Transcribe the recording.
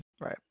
Right